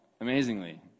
amazingly